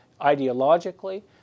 ideologically